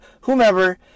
whomever